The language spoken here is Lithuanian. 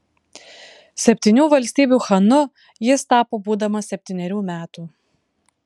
septynių valstybių chanu jis tapo būdamas septynerių metų